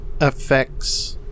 affects